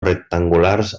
rectangulars